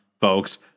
folks